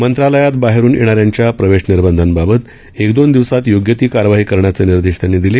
मंत्रालयात बाहेरून येणाऱ्यांच्या प्रवेश निर्बंधांबाबत एक दोन दिवसांत योग्य ती कार्यवाही करण्याचे निर्देश त्यांनी दिले